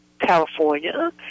California